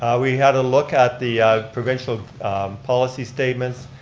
ah we had a look at the provincial policy statements,